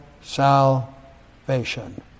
salvation